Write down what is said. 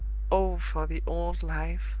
oh, for the old life!